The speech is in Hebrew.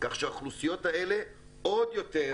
כך שהאוכלוסיות האלה עוד יותר